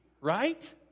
right